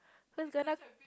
who's gonna